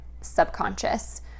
subconscious